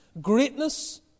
greatness